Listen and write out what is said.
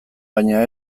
baina